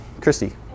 Christy